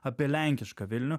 apie lenkišką vilnių